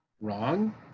wrong